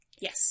yes